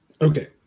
Okay